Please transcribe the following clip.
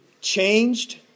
changed